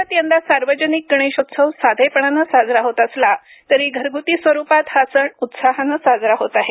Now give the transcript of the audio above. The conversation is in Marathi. राज्यात यंदा सार्वजनिक गणेशोत्सव साधेपणाने साजरा होत असला तरी घरग्ती स्वरुपात हा सण उत्साहानं साजरा होत आहे